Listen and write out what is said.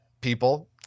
people